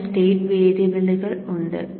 രണ്ട് സ്റ്റേറ്റ് വേരിയബിളുകൾ ഉണ്ട്